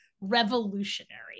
revolutionary